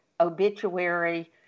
Obituary